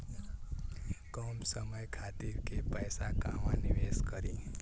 कम समय खातिर के पैसा कहवा निवेश करि?